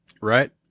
Right